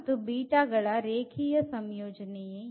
ಮತ್ತು ಗಳ ರೇಖೀಯ ಸಂಯೋಜನೆಯೇ